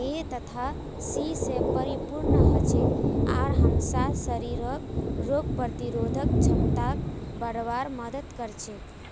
ए तथा सी स परिपूर्ण हछेक आर हमसार शरीरक रोग प्रतिरोधक क्षमताक बढ़वार मदद कर छेक